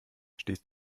stehst